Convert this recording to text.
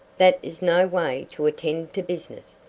that is no way to attend to business.